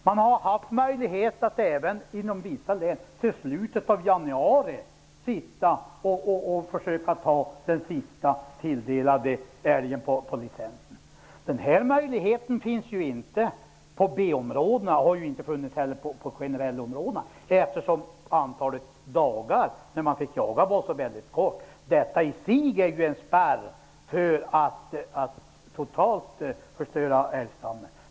Man har inom vissa län även haft möjlighet att till slutet av januari sitta på pass och försöka ta den sista tilldelade älgen på licensen. Den möjligheten finns inte på B-områdena. Den har heller inte funnits på generellområdena, eftersom antalet dagar man fick jaga var så få. Detta i sig är en spärr för att totalt förstöra älgstammen.